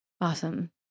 Awesome